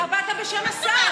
אתה באת בשם השר.